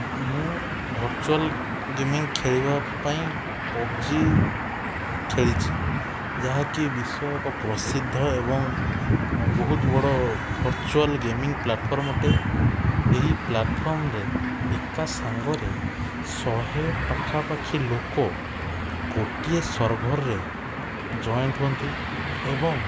ମୁଁ virtual gaming ଖେଳିବା ପାଇଁ ପବ୍ଜି ଖେଳିଛି ଯାହା କି ବିଶ୍ୱ ଏକ ପ୍ରସିଦ୍ଧ ଏବଂ ବହୁତ ବଡ଼ ଭର୍ଚୁଆଲ୍ ଗେମିଂ ପ୍ଲାଟଫର୍ମ୍ ଅଟେ ଏହି ପ୍ଲାଟଫର୍ମ୍ରେ ଏକା ସାଙ୍ଗରେ ଶହେ ପାଖାପାଖି ଲୋକ ଗୋଟିଏ ସର୍ଭର୍ରେ ଜଏଣ୍ଟ୍ ହୁଅନ୍ତି ଏବଂ